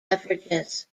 beverages